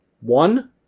one